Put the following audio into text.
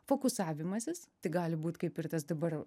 fokusavimasis tai gali būt kaip ir tas dabar